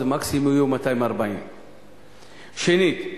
אז מקסימום יהיו 240. שנית,